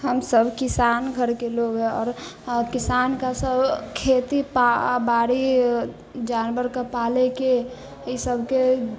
हमसब किसान घरके लोग आओर किसानके सब खेती बारी जानवरके पालैके ई सबके